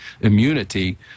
immunity